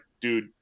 dude